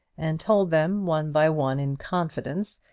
and told them one by one, in confidence,